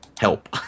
Help